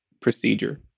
procedure